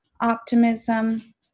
optimism